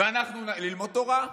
ללמוד תורה,